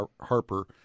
Harper